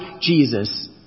Jesus